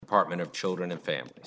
apartment of children and famil